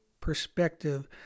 perspective